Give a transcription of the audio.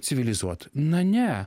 civilizuot na ne